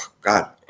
God